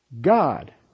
God